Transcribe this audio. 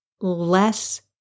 less